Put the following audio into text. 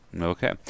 Okay